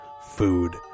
food